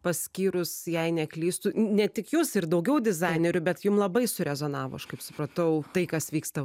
paskyrus jei neklystu ne tik jūs ir daugiau dizainerių bet jum labai surezonavo aš kaip supratau tai kas vyksta